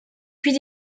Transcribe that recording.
puis